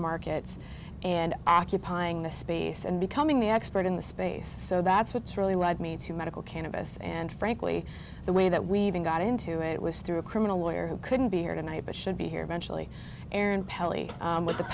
markets and occupying the space and becoming the expert in the space so that's what's really led me to medical cannabis and frankly the way that we even got into it was through a criminal lawyer who couldn't be here tonight but should be here